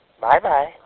Bye-bye